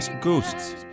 Ghosts